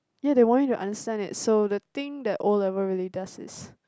ya they want you to understand it so the thing that O-level really does is